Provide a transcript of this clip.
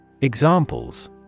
Examples